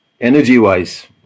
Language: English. energy-wise